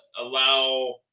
allow